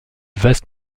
vaste